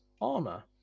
armor